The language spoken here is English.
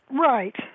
Right